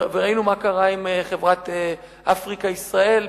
וראינו מה קרה בסופו של דבר עם חברת "אפריקה ישראל",